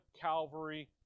Calvary